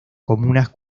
comunas